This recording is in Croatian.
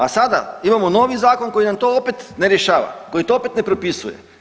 A sada imamo novi zakon koji nam to opet ne rješava, koji to opet ne propisuje.